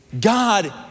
God